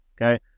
okay